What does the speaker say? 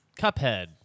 Cuphead